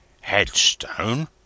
Headstone